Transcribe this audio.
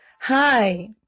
Hi